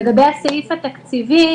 לגבי הסעיף התקציבי,